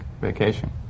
vacation